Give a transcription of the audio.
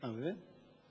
אה, באמת?